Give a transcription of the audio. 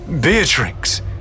Beatrix